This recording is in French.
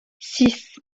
six